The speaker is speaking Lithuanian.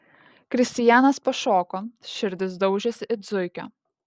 kristijanas pašoko širdis daužėsi it zuikio